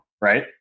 Right